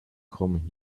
come